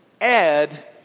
Ed